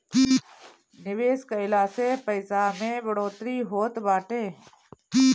निवेश कइला से पईसा में बढ़ोतरी होत बाटे